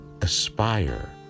aspire